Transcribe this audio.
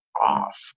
off